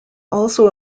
also